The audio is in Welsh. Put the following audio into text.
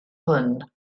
hwn